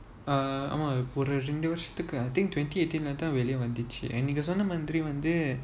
uh ஆமா ஒரு ரெண்டு வருஷத்துக்கு:aamaa oru rendu varusathuku I think twenty eighteen ல தான் வெளிய வந்துச்சு:la thaan veliya vanthuchu